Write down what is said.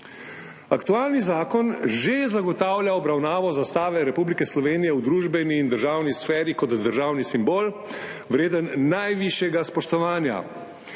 Aktualni zakon že zagotavlja obravnavo zastave Republike Slovenije v družbeni in državni sferi kot državni simbol vreden najvišjega spoštovanja.